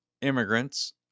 immigrants